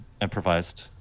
improvised